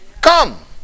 come